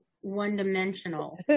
one-dimensional